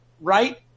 right